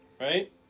right